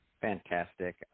Fantastic